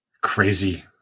Crazy